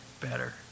better